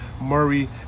Murray